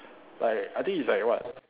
like I think it's like what